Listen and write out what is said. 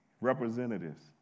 representatives